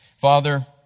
Father